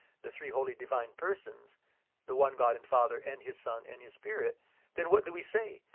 the three holy, divine persons the one god and father and his son and his spirit then what do we say?